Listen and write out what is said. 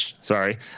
sorry